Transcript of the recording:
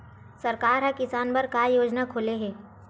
सरकार ह किसान बर का योजना खोले हे?